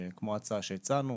כמו ההצעה שהצענו,